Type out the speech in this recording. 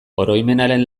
oroimenaren